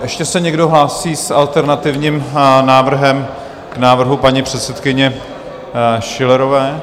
Ještě se někdo hlásí s alternativním návrhem k návrhu paní předsedkyně Schillerové?